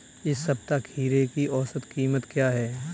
इस सप्ताह खीरे की औसत कीमत क्या है?